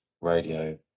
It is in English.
radio